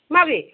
मोबे